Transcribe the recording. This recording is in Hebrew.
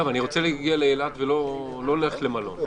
אם אני רוצה להגיע לאילת ולא ללכת למלון?